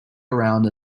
around